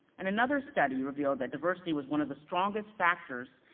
and another study revealed that diversity was one of the strongest factors,